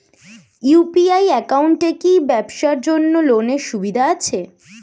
UPI একাউন্টে কি ব্যবসার জন্য লোনের সুবিধা আছে?